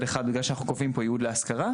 אחד בגלל שאנחנו קובעים פה ייעוד להשכרה,